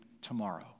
tomorrow